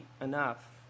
enough